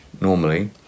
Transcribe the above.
normally